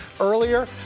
earlier